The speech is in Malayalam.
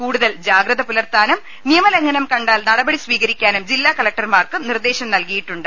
കൂടുതൽ ജാഗ്രത പുലർത്താനും നിയ മലംഘനം കണ്ടാൽ നടപടി സ്വീകരിക്കാനും ജില്ലാ കല ക്ടർമാർക്കും നിർദേശം നൽകിയിട്ടുണ്ട്